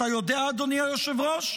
אתה יודע אדוני היושב-ראש?